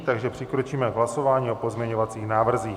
Takže přikročíme k hlasování k pozměňovacích návrzích.